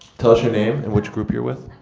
tell us your name and which group you're with.